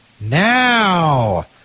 Now